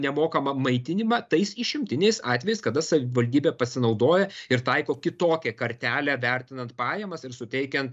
nemokamą maitinimą tais išimtiniais atvejais kada savivaldybė pasinaudoja ir taiko kitokią kartelę vertinant pajamas ir suteikiant